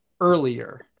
earlier